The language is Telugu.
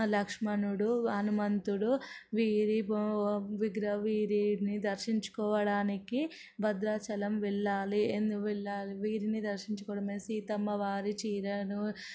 లక్ష్మణుడు హనుమంతుడు వీరి విగ్ర వీరిని దర్శించుకోవడానికి భద్రాచలం వెళ్లాలి ఎందుకు వెళ్లాలి వీరిని దర్శించుకోవడం సీతమ్మ వారి చీరను